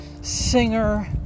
singer